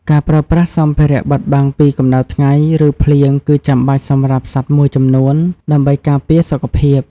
ការប្រើប្រាស់សម្ភារៈបិទបាំងពីកម្តៅថ្ងៃ ឬភ្លៀងគឺចាំបាច់សម្រាប់សត្វមួយចំនួន ដើម្បីការពារសុខភាព។